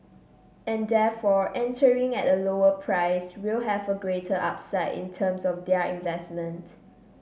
and therefore entering at a lower price will have a greater upside in terms of their investment